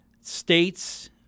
states